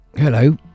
Hello